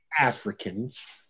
Africans